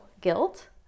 Guilt